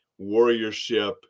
warriorship